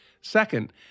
Second